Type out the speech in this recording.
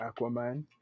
Aquaman